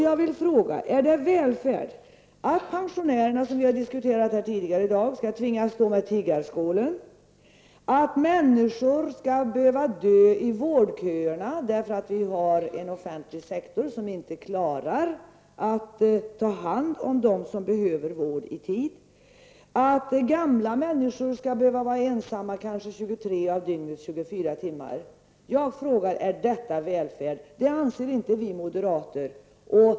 Jag vill fråga: Är det välfärd när pensionärerna, som vi diskuterade tidigare här i dag, skall tvingas gå med tiggarskål, när människor skall behöva dö i vårdköer därför att vi har en offentlig sektor som inte klarar av att ta hand om dem som behöver vård i tid, när gamla människor skall behöva vara ensamma 23 av dygnets 24 timmar? Det anser inte vi moderater.